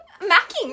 Macking